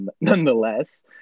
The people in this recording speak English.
nonetheless